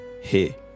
hey